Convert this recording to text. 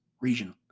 region